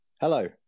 Hello